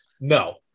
no